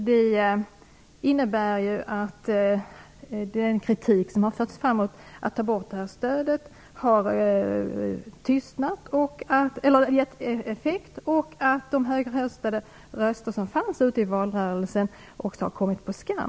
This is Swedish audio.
Det innebär att den kritik som har förts fram mot att man skulle ta bort stödet har gett effekt och att de högröstade uttalanden som gjorts ute i valrörelsen har kommit på skam.